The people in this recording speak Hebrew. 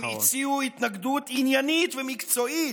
הם הציעו התנגדות עניינית ומקצועית.